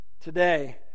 today